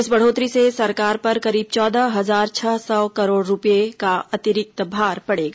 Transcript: इस बढ़ोतरी से सरकार पर करीब चौदह हजार छह सौ करोड़ रुपये का अतिरिक्त भार पड़ेगा